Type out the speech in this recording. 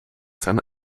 seiner